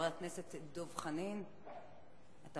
הצעות לסדר-היום מס' 4328,